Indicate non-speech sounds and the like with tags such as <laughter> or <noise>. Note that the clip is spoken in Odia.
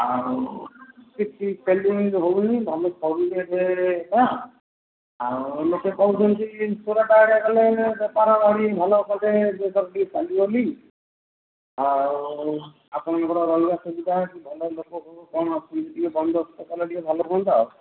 ଆଉ କିଛି ସେଲିଂ ହଉନି <unintelligible> ସବୁ ରେଟ୍ କ'ଣ ଆଉ ଲୋକେ କହୁଛନ୍ତି <unintelligible> କଲେ ହେଲେ ବେପାର ଭାରୀ ଭଲ କଲେ <unintelligible> ଚାଲିବନି ଆଉ ଆପଣଙ୍କର ରହିବା ସୁବିଧା ଅଛି ଭଲ ଲୋକ <unintelligible> ବନ୍ଦୋବସ୍ତ କଲେ ଟିକେ ଭଲ ହୁଅନ୍ତା